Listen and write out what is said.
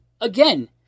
again